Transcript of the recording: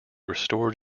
restored